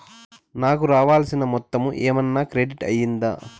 నాకు రావాల్సిన మొత్తము ఏమన్నా క్రెడిట్ అయ్యిందా